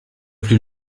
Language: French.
plus